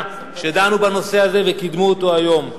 שדנו בנושא הזה וקידמו אותו היום.